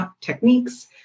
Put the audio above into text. techniques